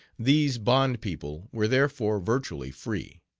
these bond people were therefore virtually free.